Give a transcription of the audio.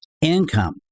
income